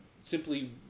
simply